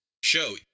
show